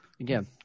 Again